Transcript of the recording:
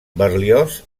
berlioz